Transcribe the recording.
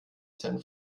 san